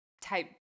type